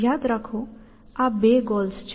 યાદ રાખો આ બે ગોલ્સ છે